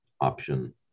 option